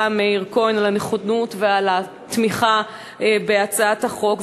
מאיר כהן על הנכונות והתמיכה בהצעת החוק,